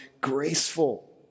graceful